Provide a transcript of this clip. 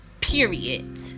period